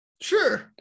Sure